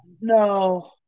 No